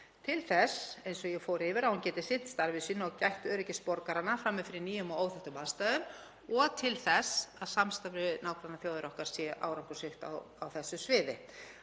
til þess, eins og ég fór yfir, að hún geti sinnt starfi sínu og gætt öryggis borgaranna frammi fyrir nýjum og óþekktum aðstæðum og til þess að samstarfið við nágrannaþjóðir okkar sé árangursríkt á þessu sviði.